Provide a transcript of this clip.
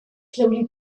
slowly